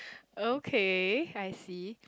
okay I see